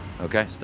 Okay